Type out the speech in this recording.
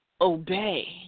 obey